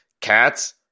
cats